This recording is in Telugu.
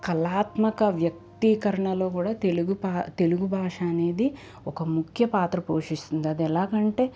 కళాత్మక వ్యక్తీకరణలో కూడా మన తెలుగు పా తెలుగు భాష అనేది ఒక ముఖ్య పాత్ర పోషిస్తుంది అది ఎలాగంటే